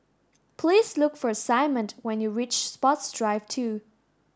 please look for Simone when you reach Sports Drive two